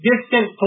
distant